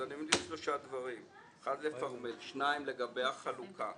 דבר שני לגבי החלוקה: